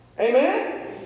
Amen